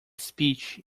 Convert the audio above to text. speech